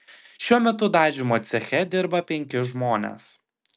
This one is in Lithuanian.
šiuo metu dažymo ceche dirba penki žmonės